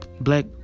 black